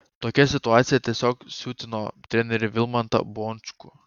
tokia situacija tiesiog siutino trenerį vilmantą bončkų